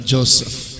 Joseph